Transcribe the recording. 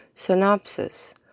Synopsis